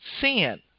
sin